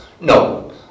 No